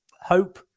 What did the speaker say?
hope